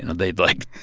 they'd, like,